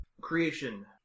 Creation